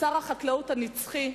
שר החקלאות הנצחי,